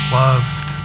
loved